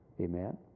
Amen